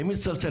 למי תצלצל,